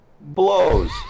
blows